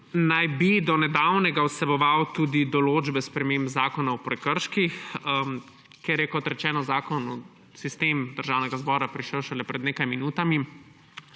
naj bi do nedavnega vseboval tudi določbe sprememb Zakona o prekrških. Ker je, kot rečeno, zakon v sistem Državnega zbora prišel šele pred nekaj minutami,